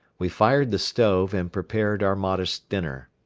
we fired the stove and prepared our modest dinner.